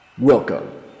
Welcome